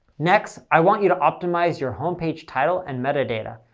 next, i want you to optimize your home page title and metadata.